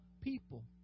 people